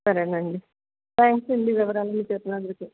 సరేనండి thank you అండి వివరాలన్నీ చెప్పినందుకు